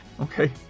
Okay